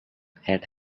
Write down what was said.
had